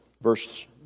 verse